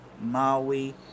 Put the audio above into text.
Maui